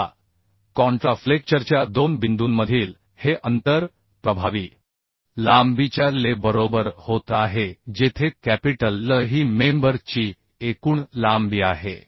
आता कॉन्ट्रा फ्लेक्चरच्या 2 बिंदूंमधील हे अंतर प्रभावी लांबीच्या Le बरोबर होत आहे जेथे कॅपिटल L ही मेंबर ची एकूण लांबी आहे